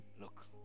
Look